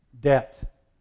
Debt